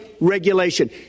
regulation